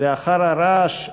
ואחר הרעש אש,